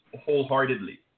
wholeheartedly